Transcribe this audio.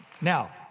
Now